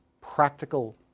practical